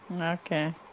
Okay